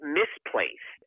misplaced